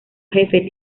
jefe